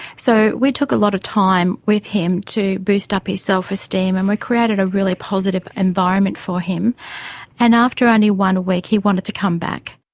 so we took a lot of time with him to boost up his self-esteem and we created a really positive environment for him and after only one week he wanted to come back.